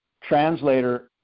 translator